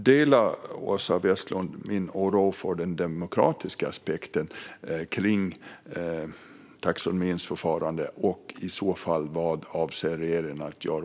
Delar Åsa Westlund min oro för den demokratiska aspekten kring förfarandet med taxonomin? Vad avser regeringen att göra?